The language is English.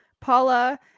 paula